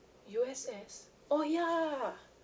U_S_S oh ya